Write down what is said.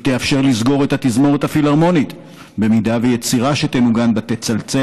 היא תאפשר לסגור את התזמורת הפילהרמונית אם יצירה שתנוגן בה תצלצל